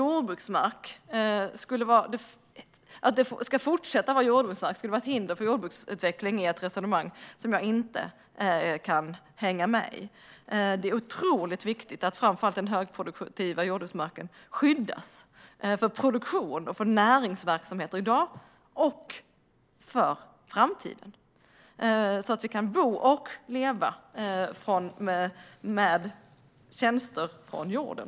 Men att det skulle vara ett hinder för jordbruksutvecklingen om de ska fortsätta vara jordbruksmark är ett resonemang som jag inte kan hänga med i. Det är otroligt viktigt att framför allt den högproduktiva jordbruksmarken skyddas för produktion och näringsverksamhet i dag och i framtiden, så att vi kan bo och leva med tjänster från jorden.